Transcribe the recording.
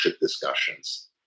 discussions